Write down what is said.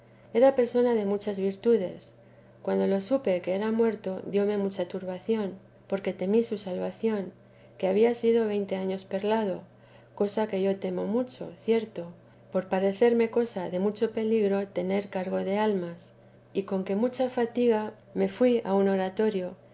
era persona de muchas virtudes como lo supe que era muerto dióme mucha turbación porque temí su salvación que había sido veinte años perlado cosa que yo temo mucho por cierto por parecerme cosa de mucho peligro tener cargo de almas y con mucha fatiga me fui a un oratorio